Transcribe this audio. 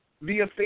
via